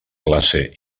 classe